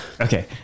Okay